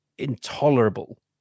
intolerable